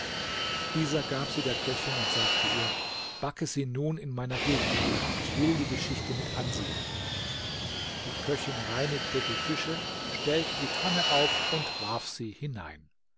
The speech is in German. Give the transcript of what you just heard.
dieser gab sie der köchin und sagte ihr backe sie nun in meiner gegenwart ich will die geschichte mit ansehen die köchin reinigte die fische stellte die pfanne auf und warf sie hinein